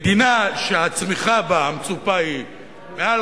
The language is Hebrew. מדינה שהצמיחה בה, המצופה, היא מעל